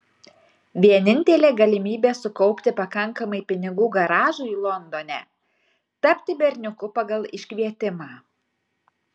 vienintelė galimybė sukaupti pakankamai pinigų garažui londone tapti berniuku pagal iškvietimą